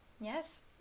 Yes